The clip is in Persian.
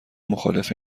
مخالف